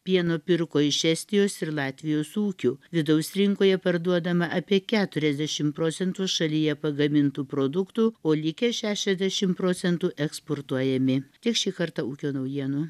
pieno pirko iš estijos ir latvijos ūkių vidaus rinkoje parduodama apie keturiasdešim procentų šalyje pagamintų produktų o likę šešiasdešimt procentų eksportuojami tiek šį kartą ūkio naujienų